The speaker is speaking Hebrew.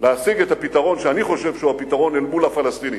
את הפתרון שאני חושב שהוא הפתרון אל מול הפלסטינים,